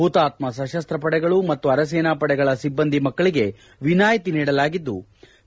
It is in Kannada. ಹುತಾತ್ತ ಸಶಸ್ತ ಪಡೆಗಳು ಮತ್ತು ಅರೆಸೇನಾ ಪಡೆಗಳ ಸಿಬ್ಲಂದಿ ಮಕ್ಕಳಿಗೆ ವಿನಾಯಿತಿ ನೀಡಲಾಗಿದ್ಲು